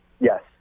Yes